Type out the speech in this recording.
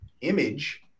image